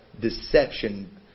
deception